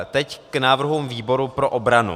Teď k návrhům výboru pro obranu.